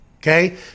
Okay